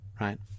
right